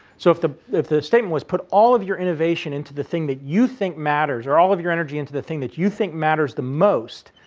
so, if the if the statement was put all of our innovation into the thing that you think matters or all of your energy into the thing that you think matters the most,